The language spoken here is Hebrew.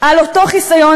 על אותו חיסיון,